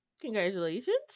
Congratulations